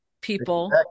people